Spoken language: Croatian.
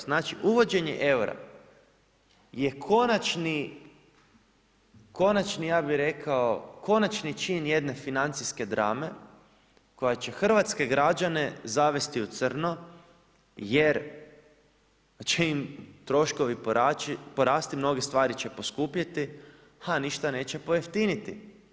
Znači uvođenjem eura, je konačni ja bi rekao, konačni čin jedne financijske drame, koja će hrvatske građane zavesti u crno, jer će im troškovi porasti, mnoge stvari će poskupjeti, a ništa neće pojeftiniti.